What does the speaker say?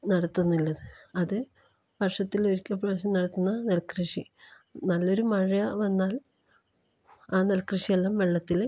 നടത്തുന്നുള്ളത് അത് വർഷത്തിലൊരിക്കൽ പ്രാവശ്യം നടത്തുന്ന നെൽക്കൃഷി നല്ലൊരു മഴ വന്നാൽ ആ നെൽക്കൃഷിയെല്ലാം വെള്ളത്തിൽ